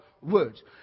words